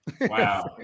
Wow